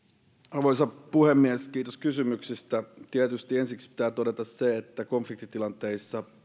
arvoisa puhemies kiitos kysymyksestä tietysti ensiksi pitää todeta se että konfliktitilanteissa